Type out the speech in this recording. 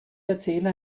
erzähler